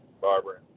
Barbara